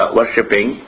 worshipping